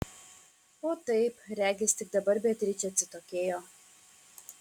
o taip regis tik dabar beatričė atsitokėjo